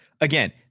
again